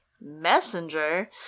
messenger